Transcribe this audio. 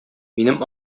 минем